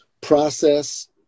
process